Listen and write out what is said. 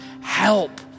help